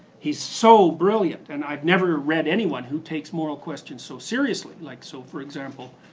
he's so brilliant and i've never read anyone who takes moral question so seriously. like so for example,